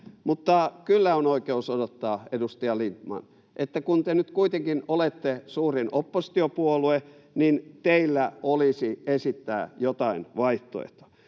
mutta kyllä on oikeus odottaa, edustaja Lindtman, että kun te nyt kuitenkin olette suurin oppositiopuolue, niin teillä olisi esittää jotain vaihtoehtoa.